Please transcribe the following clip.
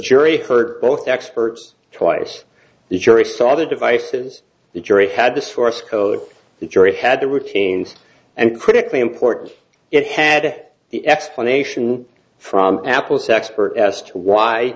jury heard both experts twice the jury saw the devices the jury had the source code the jury had the routines and critically important it had the explanation from apple's expert as to why